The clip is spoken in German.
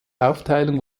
aufteilung